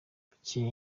bukeye